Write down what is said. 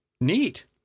Neat